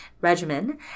regimen